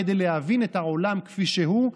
כדי להבין את העולם כפי שהוא,